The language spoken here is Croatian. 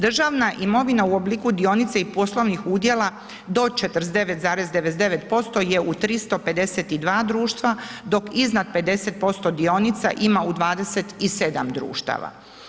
Državna imovina u obliku dionica i poslovnih udjela do 49,99% je u 352 društva, dok iznad 50% dionica ima u 27 društava.